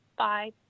Bye